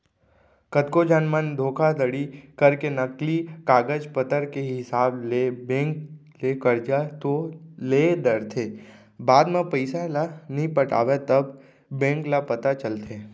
कतको झन मन धोखाघड़ी करके नकली कागज पतर के हिसाब ले बेंक ले करजा तो ले डरथे बाद म पइसा ल नइ पटावय तब बेंक ल पता चलथे